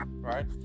right